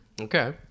Okay